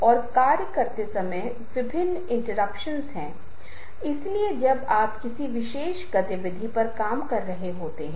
श्रोतागण और प्रतिक्रिया अब हम उस इंटरैक्टिव प्रक्रिया को देख रहे हैं जो हम पूरी तरह से दर्शकों पर ध्यान केंद्रित कर रहे थे